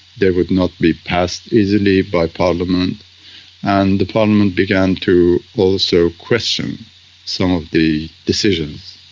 they would not be passed easily by parliament and the parliament began to also question some of the decisions,